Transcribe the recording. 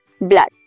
blood